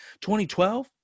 2012